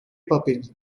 poppins